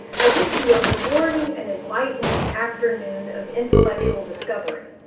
i wish you a rewarding and enlightening afternoon of intellectual discovery.